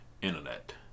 internet